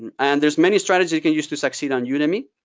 and there's many strategies you can use to succeed on udemy.